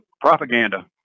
propaganda